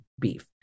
beef